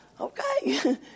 okay